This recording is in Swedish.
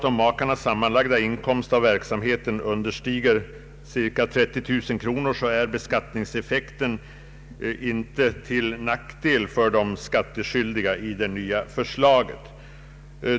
Om makarnas sammanlagda inkomst av verksamheten understiger cirka 30 000 kronor är beskattningseffekten inte till nackdel för de skattskyldiga enligt det nya förslaget.